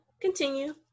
continue